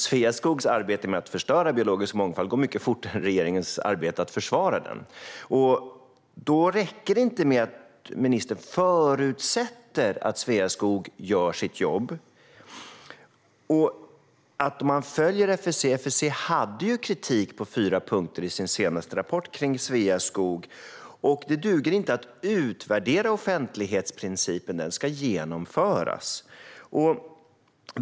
Sveaskogs arbete med att förstöra biologisk mångfald går alltså mycket fortare än regeringens arbete med att försvara den. Då räcker det inte med att ministern förutsätter att Sveaskog gör sitt jobb och att man följer FSC. FSC hade kritik på fyra punkter i sin senaste rapport om Sveaskog. Det duger inte att utvärdera offentlighetsprincipen; den ska genomföras.